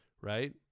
right